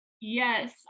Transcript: Yes